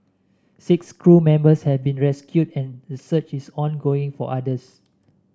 six crew members have been rescued and a search is ongoing for others